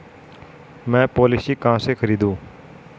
मैं पॉलिसी कहाँ से खरीदूं?